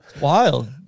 wild